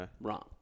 wrong